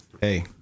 Hey